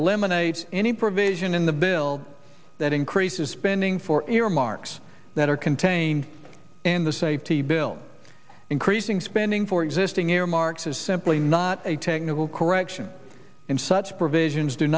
eliminates any provision in the bill that increases spending for earmarks that are contained in the safety bill increasing spending for existing earmarks is simply not a technical correction in such provisions do